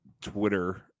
Twitter –